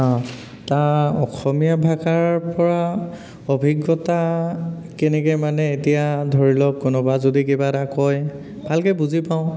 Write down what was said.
অঁ তাৰ অসমীয়া ভাষাৰ পৰা অভিজ্ঞতা কেনেকৈ মানে এতিয়া ধৰি লওক কোনোবা যদি কিবা এটা কয় ভালকৈ বুজি পাওঁ